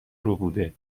ربوده